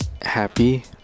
happy